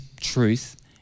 truth